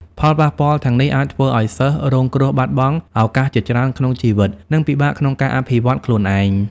ផលប៉ះពាល់ទាំងនេះអាចធ្វើឲ្យសិស្សរងគ្រោះបាត់បង់ឱកាសជាច្រើនក្នុងជីវិត និងពិបាកក្នុងការអភិវឌ្ឍខ្លួនឯង។